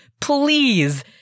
Please